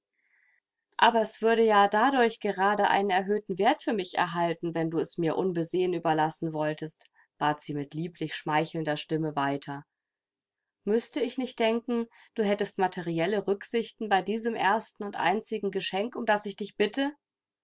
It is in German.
aber es würde ja dadurch gerade einen erhöhten wert für mich erhalten wenn du es mir unbesehen überlassen wolltest bat sie mit lieblich schmeichelnder stimme weiter müßte ich nicht denken du hättest materielle rücksichten bei diesem ersten und einzigen geschenk um das ich dich bitte